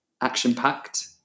action-packed